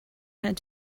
had